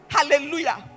Hallelujah